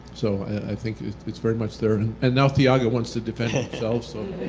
so i think it's very much there. and now thyaga wants to defend himself. so